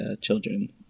children